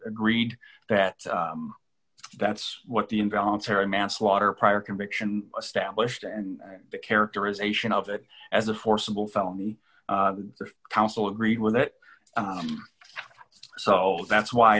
agreed that that's what the involuntary manslaughter prior conviction established and the characterization of it as a forcible felony the council agreed with it so that's why